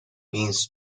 means